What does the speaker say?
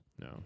No